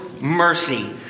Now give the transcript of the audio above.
mercy